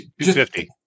fifty